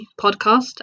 podcast